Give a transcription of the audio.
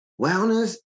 Wellness